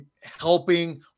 helping